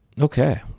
Okay